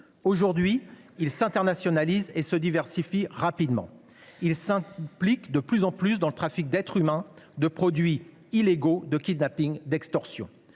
Aujourd’hui, ils s’internationalisent et se diversifient rapidement. Ils s’impliquent de plus en plus dans le trafic d’êtres humains et de produits illégaux, dans les kidnappings et l’extorsion.